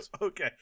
Okay